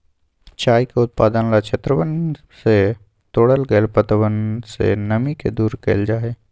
चाय के उत्पादन ला क्षेत्रवन से तोड़ल गैल पत्तवन से नमी के दूर कइल जाहई